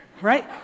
Right